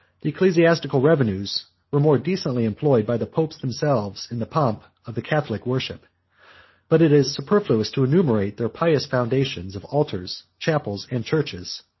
the ecclesiastical revenues were more decently employed by the popes themselves in the pomp of the catholic worship but it is superfluous to enumerate their pious foundations of altars, chapels, and churches,